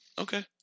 Okay